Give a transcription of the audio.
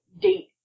date